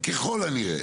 כל יגבשו אותה,